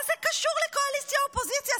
מה זה קשור לקואליציה אופוזיציה?